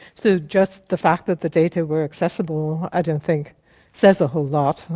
so just the fact that the data were accessible i don't think says a whole lot.